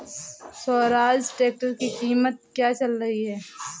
Swaraj tractor की कीमत क्या चल रही है?